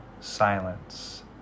silence